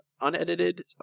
unedited